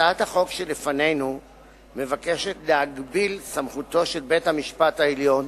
הצעת החוק שלפנינו מבקשת להגביל סמכותו של בית-המשפט העליון